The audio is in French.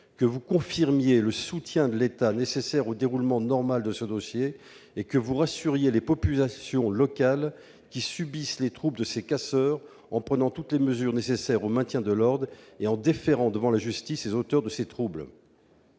que vous confirmiez le soutien de l'État, nécessaire au déroulement normal de ce projet, et que vous rassuriez les populations locales, qui subissent les troubles suscités par ces casseurs, en prenant toutes les mesures nécessaires au maintien de l'ordre et en déférant devant la justice les auteurs de ces troubles.